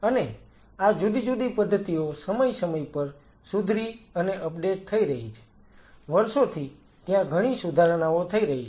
અને આ જુદી જુદી પદ્ધતિઓ સમય સમય પર સુધરી અને અપડેટ થઈ રહી છે વર્ષોથી ત્યાં ઘણી સુધારણાઓ થઈ રહી છે